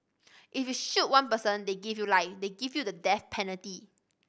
if you shoot one person they give you life they give you the death penalty